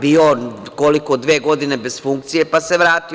Bio on koliko dve godine bez funkcije pa se vratio.